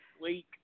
week